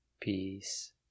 peace